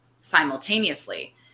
simultaneously